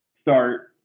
start